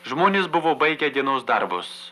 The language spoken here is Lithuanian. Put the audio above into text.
žmonės buvo baigę dienos darbus